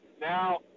Now –